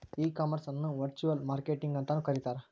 ಈ ಕಾಮರ್ಸ್ ಅನ್ನ virtual marketing ಅಂತನು ಕರೇತಾರ